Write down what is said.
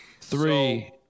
Three